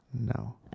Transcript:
No